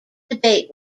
debate